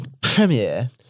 Premiere